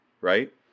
right